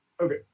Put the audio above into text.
Okay